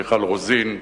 מיכל רוזין,